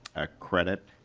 a credit?